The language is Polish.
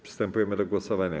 Przystępujemy do głosowania.